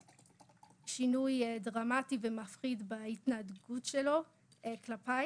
וזה קרה אחרי שראיתי שינוי דרמטי ומפחיד בהתנהגות שלו כלפיי